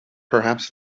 perhaps